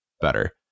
Better